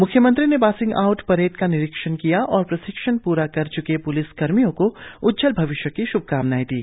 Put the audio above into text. मुख्यमंत्री ने passing out parade का निरीक्षण किया और प्रशिक्षण प्रा कर च्के प्लिस कर्मियों को उज्जवल भविष्य की श्भकामनाएं दी